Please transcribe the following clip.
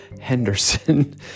Henderson